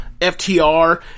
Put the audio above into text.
FTR